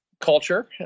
culture